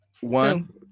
one